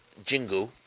Jingu